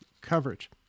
coverage